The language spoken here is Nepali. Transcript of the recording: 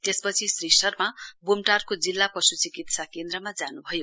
त्यसपछि श्री शर्मा बूमटारको जिल्ला पश्चिकित्सा केन्द्रमा जानुभयो